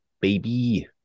baby